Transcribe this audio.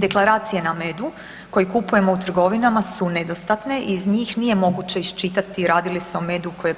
Deklaracije na medu koji kupujemo u trgovinama su nedostatne i iz njih nije moguće iščitati radi li se o medu koji je